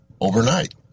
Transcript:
overnight